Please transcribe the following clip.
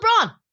LeBron